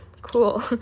Cool